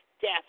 death